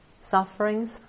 sufferings